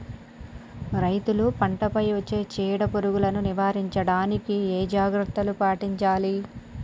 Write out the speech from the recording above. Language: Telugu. రైతులు పంట పై వచ్చే చీడ పురుగులు నివారించడానికి ఏ జాగ్రత్తలు పాటించాలి?